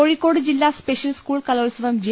കോഴിക്കോട് ജില്ലാ special school കലോത്സവം J